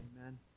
Amen